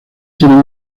tienen